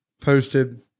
posted